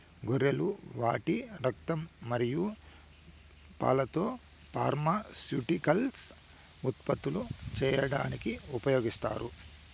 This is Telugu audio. గొర్రెలు వాటి రక్తం మరియు పాలతో ఫార్మాస్యూటికల్స్ ఉత్పత్తులు చేయడానికి ఉపయోగిస్తారు